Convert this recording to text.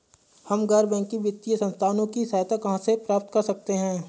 हम गैर बैंकिंग वित्तीय संस्थानों की सहायता कहाँ से प्राप्त कर सकते हैं?